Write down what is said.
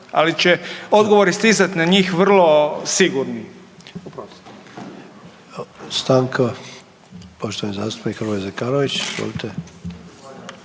Ali će odgovori stizati na njih vrlo sigurni.